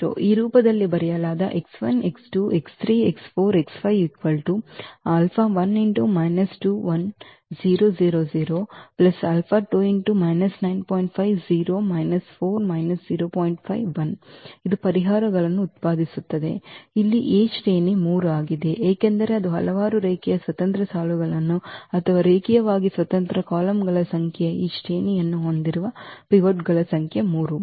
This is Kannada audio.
ಈ ರೂಪದಲ್ಲಿ ಬರೆಯಲಾದ ಇದು ಪರಿಹಾರಗಳನ್ನು ಉತ್ಪಾದಿಸುತ್ತದೆ ಇಲ್ಲಿ A ಶ್ರೇಣಿ 3 ಆಗಿದೆ ಏಕೆಂದರೆ ಅದು ಹಲವಾರು ರೇಖೀಯ ಸ್ವತಂತ್ರ ಸಾಲುಗಳು ಅಥವಾ ರೇಖೀಯವಾಗಿ ಸ್ವತಂತ್ರ ಕಾಲಮ್ಗಳ ಸಂಖ್ಯೆ ಅಥವಾ ಈ ಶ್ರೇಣಿಯನ್ನು ಹೊಂದಿರುವ ಪಿವೋಟ್ಗಳ ಸಂಖ್ಯೆ 3